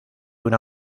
una